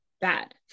bad